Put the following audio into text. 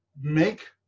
make